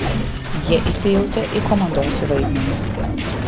jie įsijautė į komandosų vaidmenis